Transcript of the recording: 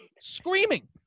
Screaming